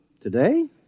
Today